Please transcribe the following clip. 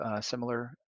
similar